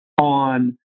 on